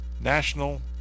National